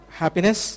happiness